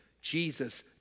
Jesus